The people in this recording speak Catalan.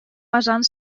basant